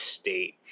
state